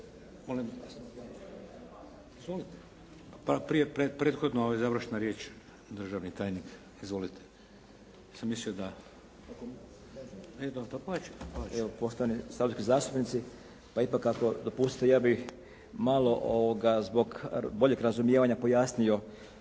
Prije, prethodno završna riječ državni tajnik. Izvolite. **Kraljičković, Josip** Evo poštovani saborski zastupnici pa ipak ako dopustite ja bih malo zbog boljeg razumijevanja pojasnio.